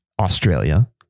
Australia